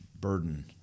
burden